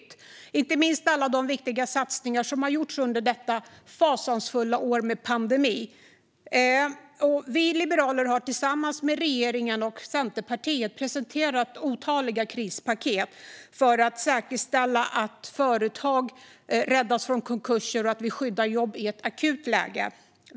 Inte minst handlar det om alla de viktiga satsningar som har gjorts under detta fasansfulla år med pandemin. Vi liberaler har tillsammans med regeringen och Centerpartiet presenterat otaliga krispaket för att säkerställa att företag räddas från konkurser och att jobb skyddas i ett akut läge.